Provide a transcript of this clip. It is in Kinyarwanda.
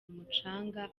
umucanga